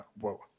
Whoa